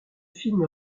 film